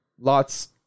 lots